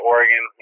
Oregon